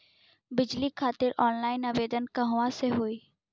बिजली खातिर ऑनलाइन आवेदन कहवा से होयी?